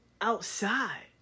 Outside